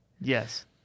Yes